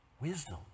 wisdom